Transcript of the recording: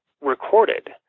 recorded